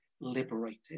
liberated